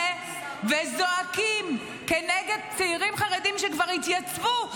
וזועקים כנגד צעירים חרדים שכבר התייצבו,